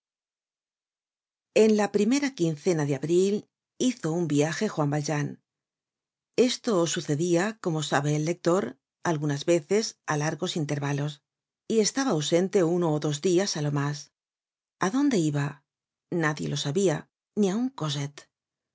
en la primera quincena de abril hizo un viaje juan valjean esto sucedia como sabe el lector algunas veces á largos intervalos y estaba ausente uno ó dos dias á lo mas adónde iba nadie lo sabia ni aun